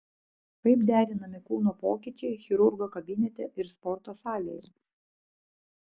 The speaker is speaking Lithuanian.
kaip derinami kūno pokyčiai chirurgo kabinete ir sporto salėje